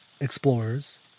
explorers